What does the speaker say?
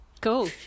Cool